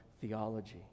theology